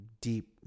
deep